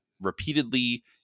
repeatedly